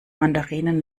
mandarinen